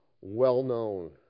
well-known